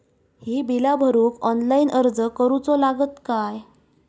ही बीला भरूक ऑनलाइन अर्ज करूचो लागत काय?